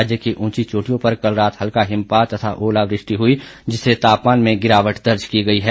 राज्य की उंची चोटियों पर कल रात हल्का हिमपात तथा ओलावृष्टि हुई जिससे तापमान में गिरावट दर्ज की गई है